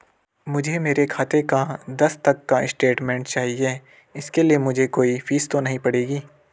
मुझे मेरे खाते का दस तक का स्टेटमेंट चाहिए इसके लिए मुझे कोई फीस तो नहीं पड़ेगी?